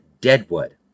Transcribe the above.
Deadwood